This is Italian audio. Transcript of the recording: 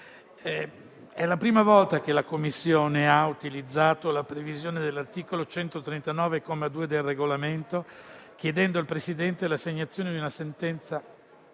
È la prima volta che la Commissione ha utilizzato la previsione dell'articolo 139, comma 2, del Regolamento, chiedendo al Presidente l'assegnazione di una sentenza